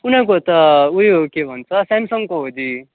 उनीहरूको त उयो के भन्छ स्यामसङको हो दी